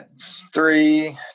Three